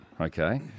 okay